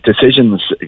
decisions